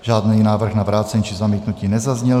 Žádný návrh na vrácení či zamítnutí nezazněl.